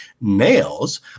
Nails